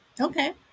Okay